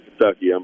Kentucky